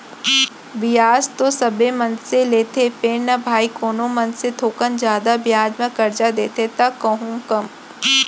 बियाज तो सबे मनसे लेथें फेर न भाई कोनो मनसे थोकन जादा बियाज म करजा देथे त कोहूँ कम